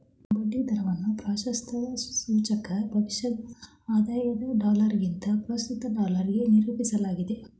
ಬಡ್ಡಿ ದರವನ್ನ ಪ್ರಾಶಸ್ತ್ಯದ ಸೂಚ್ಯಂಕ ಭವಿಷ್ಯದ ಆದಾಯದ ಡಾಲರ್ಗಿಂತ ಪ್ರಸ್ತುತ ಡಾಲರ್ಗೆ ನಿರೂಪಿಸಲಾಗಿದೆ